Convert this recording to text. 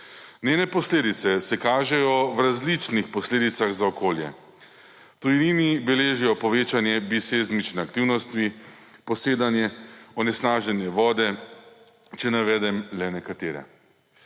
Njene posledice se kažejo v različnih posledicah za okolje. V tujini beležijo povečanje bisezmične aktivnosti, posedanje, onesnaženje vode, če navedem le nekatere.